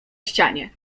ścianie